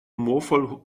humorvoll